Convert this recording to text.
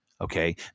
Okay